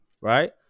right